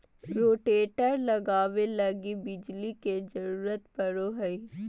rotator चलावे लगी बिजली के जरूरत पड़ो हय